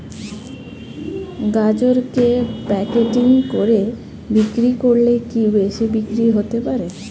গাজরকে প্যাকেটিং করে বিক্রি করলে কি বেশি বিক্রি হতে পারে?